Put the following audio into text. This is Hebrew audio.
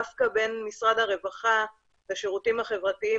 דווקא בין משרד הרווחה והשירותים החברתיים